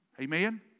Amen